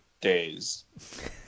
days